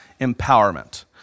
empowerment